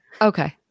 Okay